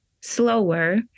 slower